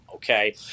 Okay